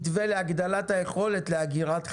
מתווה להגדלת היכולת לאגירת חשמל.